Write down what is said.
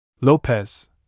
Lopez